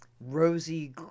rosy